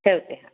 चलते हा